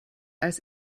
als